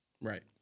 Right